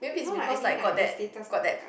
no lah I mean like the status of the guy